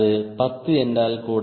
அது பத்து என்றாலும் கூட